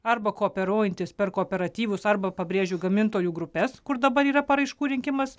arba kooperuojantis per kooperatyvus arba pabrėžiu gamintojų grupes kur dabar yra paraiškų rinkimas